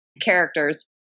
characters